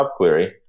subquery